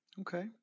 Okay